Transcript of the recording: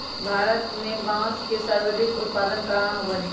भारत में बांस के सर्वाधिक उत्पादन कहाँ होबा हई?